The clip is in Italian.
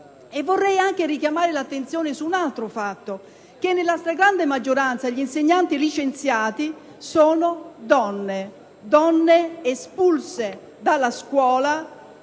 Vorrei richiamare l'attenzione anche su un altro fatto, ossia che nella stragrande maggioranza gli insegnanti licenziati sono donne: donne espulse dalla scuola